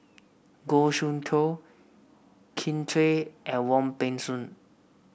Goh Soon Tioe Kin Chui and Wong Peng Soon